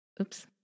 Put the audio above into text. Oops